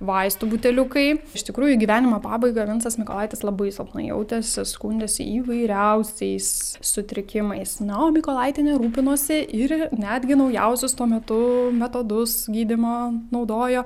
vaistų buteliukai iš tikrųjų į gyvenimo pabaiga vincas mykolaitis labai silpnai jautėsi skundėsi įvairiausiais sutrikimais na o mykolaitienė rūpinosi ir netgi naujausius tuo metu metodus gydymo naudojo